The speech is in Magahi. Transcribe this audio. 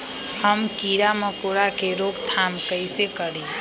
हम किरा मकोरा के रोक थाम कईसे करी?